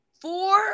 four